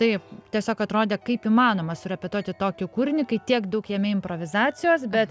taip tiesiog atrodė kaip įmanoma surepetuoti tokį kūrinį kai tiek daug jame improvizacijos bet